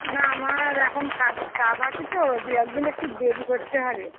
না আমার এখন কাজের চাপ আছে তো দু একদিন একটু দেরি করতে হবে